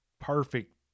perfect